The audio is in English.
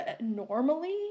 normally